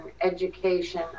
education